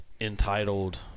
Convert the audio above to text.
entitled